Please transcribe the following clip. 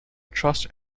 trust